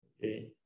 Okay